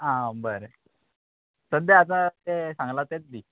आ् बरें सद्द्या आतां तें सांगलां तेंच दी